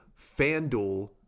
FanDuel